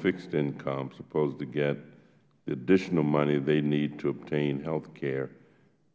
fixed income are supposed to get additional money they need to obtain health care